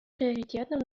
приоритетным